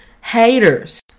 haters